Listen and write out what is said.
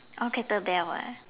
oh kettle bell ah